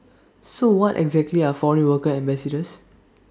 so what exactly are foreign worker ambassadors